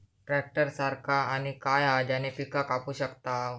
Tractor सारखा आणि काय हा ज्याने पीका कापू शकताव?